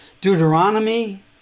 Deuteronomy